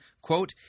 quote